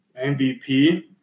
MVP